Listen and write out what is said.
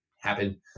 happen